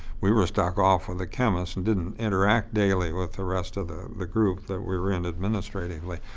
we were stuck off with the chemists and didn't interact daily with the rest of the the group that we were in administratively.